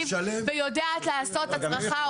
ויודעת לעשות הצרחה.